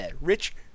rich